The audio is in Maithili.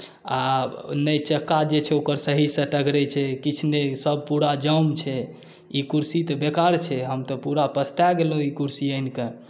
आ नहि चक्का जे छै ओकर सहीसँ टघरैत छै किछु नहि सभ पूरा जाम छै ई कुरसी तऽ बेकार छै हम तऽ पूरा पछता गेलहुँ ई कुरसी आनि कऽ